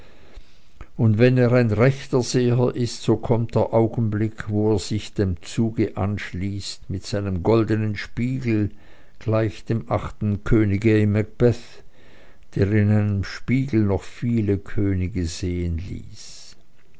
und wenn er ein rechter seher ist so kommt der augenblick wo er sich dem zuge anschließt mit seinem goldenen spiegel gleich dem achten könige im macbeth der in seinem spiegel noch viele könige sehen ließ